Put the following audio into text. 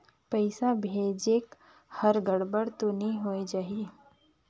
पइसा भेजेक हर गड़बड़ तो नि होए जाही?